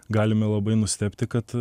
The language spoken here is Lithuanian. galime labai nustebti kad